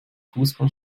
fußball